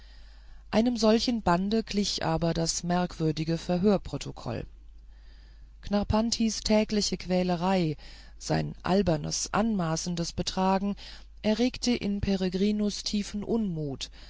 einem solchen bande glich aber das merkwürdige verhörsprotokoll knarrpantis tägliche quälerei sein albernes anmaßendes betragen erregte in peregrinus tiefen unmut